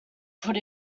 could